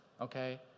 okay